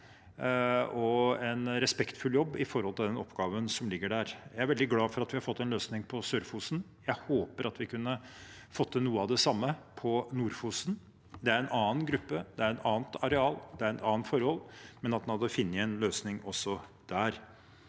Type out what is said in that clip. og respektfull jobb i forhold til den oppgaven som foreligger. Jeg er veldig glad for at vi har fått en løsning på Sør-Fosen. Jeg håper at vi kan få til noe av det samme på Nord-Fosen. Det er en annen gruppe, det er et annet areal, det er et annet forhold, men jeg håper at en finner en løsning også der.